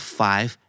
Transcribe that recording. five